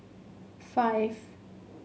five